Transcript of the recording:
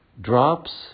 drops